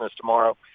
tomorrow